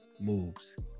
moves